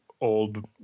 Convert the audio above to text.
old